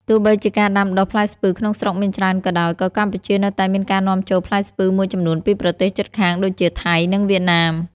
ទោះបីជាការដាំដុះផ្លែស្ពឺក្នុងស្រុកមានច្រើនក៏ដោយ ក៏កម្ពុជានៅតែមានការនាំចូលផ្លែស្ពឺមួយចំនួនពីប្រទេសជិតខាងដូចជា ថៃ និងវៀតណាម។